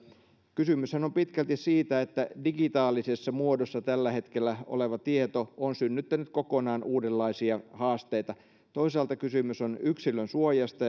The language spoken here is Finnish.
kysymyshän on pitkälti siitä että digitaalisessa muodossa tällä hetkellä oleva tieto on synnyttänyt kokonaan uudenlaisia haasteita toisaalta kysymys on yksilönsuojasta